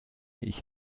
ich